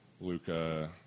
Luca